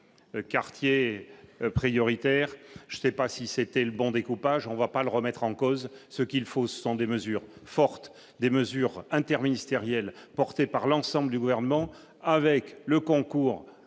quartiers prioritaires, je sais pas si c'était le bon découpage, on va pas le remettre en cause ce qu'il faut, ce sont des mesures fortes, des mesures interministériel porté par l'ensemble du gouvernement avec le concours,